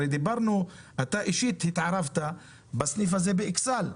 הרי דיברנו ואתה אישית התערבת לגבי הסניף באיכסאל,